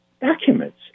documents